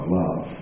love